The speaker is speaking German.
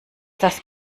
das